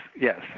yes